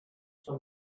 for